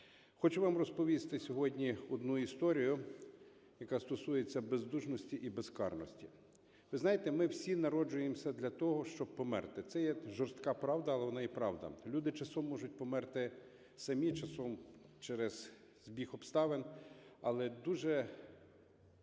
Хочу вам розповісти сьогодні одну історію, яка стосується бездушності і безкарності. Ви знаєте, ми всі народжуємося для того, щоб померти. Це є жорстка правда, але вона є правда. Люди часом можуть померти самі, часом через збіг обставин. Але дуже